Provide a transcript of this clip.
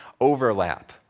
overlap